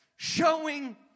Showing